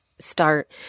Start